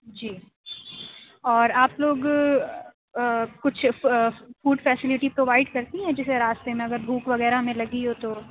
جی اور آپ لوگ کچھ فوڈ فیسیلٹی پرووائڈ کرتی ہیں جیسے راستے میں اگر بھوک وغیرہ ہمیں لگی ہو تو